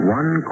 one